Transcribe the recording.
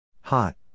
Hot